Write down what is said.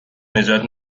نجات